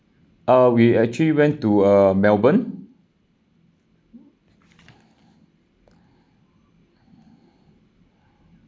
uh we actually went to uh melbourne